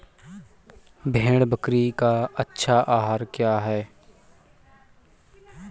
भेड़ बकरी का अच्छा आहार क्या है?